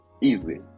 easily